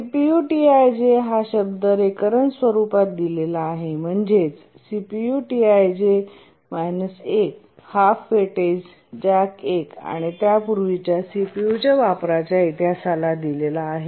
CPU Ti j हा शब्द recurrence स्वरूपात दिलेला आहे म्हणजेच CPU Ti j −1 half weightage जॅक १ आणि त्यापूर्वीच्या सीपीयू च्या वापराच्या इतिहासाला दिलेला आहे